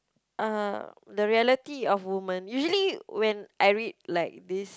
uh the reality of women usually when I read like this